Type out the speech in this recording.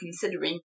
considering